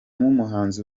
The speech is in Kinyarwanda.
nk’umuhanzi